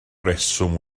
reswm